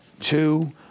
Two